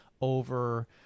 over